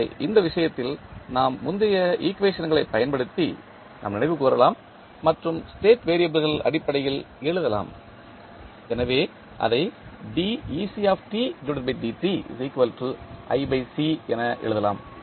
எனவே இந்த விஷயத்தில் நாம் பார்த்த முந்தைய ஈக்குவேஷன்களைப் பயன்படுத்தி நாம் நினைவு கூரலாம் மற்றும் ஸ்டேட் வெறியபிள்கள் அடிப்படையில் எழுதலாம் எனவே அதை என எழுதலாம்